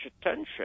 attention